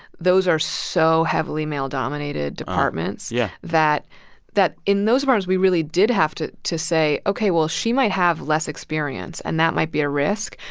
those are so heavily male-dominated departments yeah that that in those departments, we really did have to to say, ok, well, she might have less experience and that might be a risk.